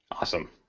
Awesome